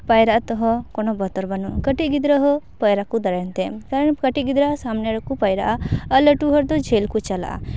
ᱯᱟᱭᱨᱟᱜ ᱛᱮᱦᱚᱸ ᱵᱚᱛᱚᱨ ᱵᱟᱹᱱᱩᱜᱼᱟ ᱠᱟᱹᱴᱤᱡ ᱜᱤᱫᱽᱨᱟᱹ ᱦᱚᱸ ᱯᱟᱭᱨᱟ ᱠᱚ ᱫᱟᱲᱮᱱ ᱛᱮ ᱠᱟᱨᱚᱱ ᱠᱟᱹᱴᱤᱡ ᱜᱤᱫᱽᱨᱟᱹ ᱥᱟᱢᱱᱮ ᱨᱮᱠᱚ ᱯᱟᱭᱨᱟᱜᱼᱟ ᱟᱨ ᱞᱟᱹᱴᱩ ᱦᱚᱲ ᱫᱚ ᱡᱷᱟᱹᱞ ᱠᱚ ᱪᱟᱞᱟᱜᱼᱟ